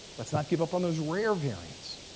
let's not give up on those rare variants.